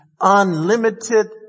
unlimited